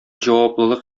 җаваплылык